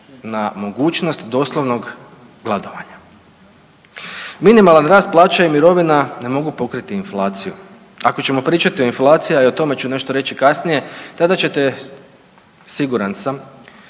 na mogućnost doslovnog gladovanja. Minimalan rast plaća i mirovina ne mogu pokriti inflaciju, ako ćemo pričati o inflaciji i o tome ću nešto reći kasnije, tada ćete siguran sam